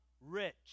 rich